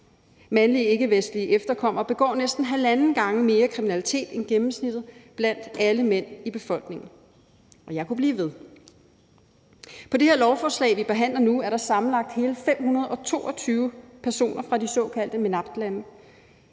Mandlige ikkevestlige efterkommere begår næsten halvanden gange mere kriminalitet end gennemsnittet blandt alle mænd i befolkningen. Og jeg kunne blive ved. På det her lovforslag, vi behandler nu, er der sammenlagt hele 522 personer fra de såkaldte MENAPT-lande.